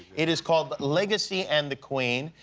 it is called legacy and the queen.